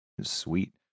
Sweet